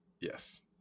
Yes